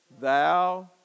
Thou